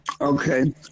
okay